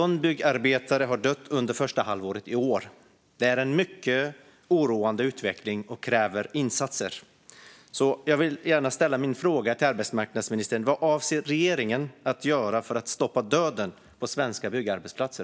Under första halvåret i år har 15 byggnadsarbetare dött. Det är en mycket oroande utveckling och kräver insatser. Jag vill ställa min fråga till arbetsmarknadsministern. Vad avser regeringen att göra för att stoppa döden på svenska byggarbetsplatser?